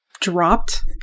dropped